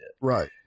Right